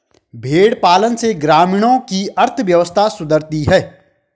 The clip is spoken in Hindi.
भेंड़ पालन से ग्रामीणों की अर्थव्यवस्था सुधरती है